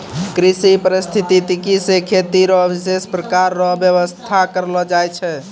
कृषि परिस्थितिकी से खेती रो विशेष प्रकार रो व्यबस्था करलो जाय छै